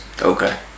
Okay